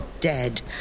dead